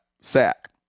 sack